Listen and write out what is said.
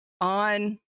on